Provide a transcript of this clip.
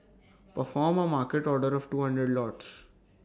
perform A market order of two hundred lots